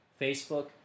Facebook